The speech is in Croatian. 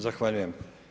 Zahvaljujem.